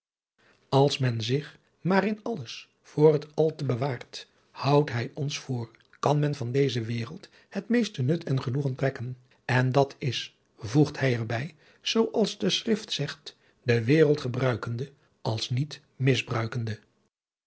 als men zich maar in alles voor het al te bewaart houdt hij ons voor kan men van deze wereld het meeste nut en genoegen trekken en dat is voegt hij er bij zoo als de schrift zegt de wereld gebruikende als niet misbruikende